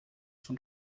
von